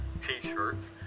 t-shirts